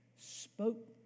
spoke